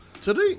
Today